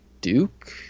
Duke